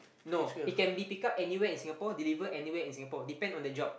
no it can be pick up anywhere in Singapore deliver anywhere in Singapore depend on the job